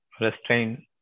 restrain